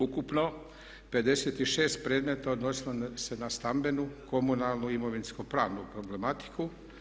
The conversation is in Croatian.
Ukupno 56 predmeta odnosilo se na stambenu, komunalnu, imovinsko-pravnu problematiku.